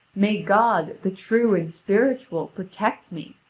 may god, the true and spiritual, protect me,